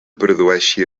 produeixi